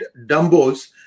Dumbos